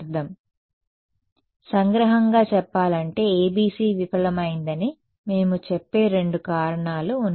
కాబట్టి సంగ్రహంగా చెప్పాలంటే ABC విఫలమైందని మేము చెప్పే రెండు కారణాలు ఉన్నాయి